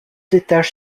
étages